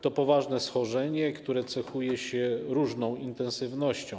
To poważne schorzenie, które cechuje się różną intensywnością.